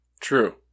True